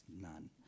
None